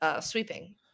sweeping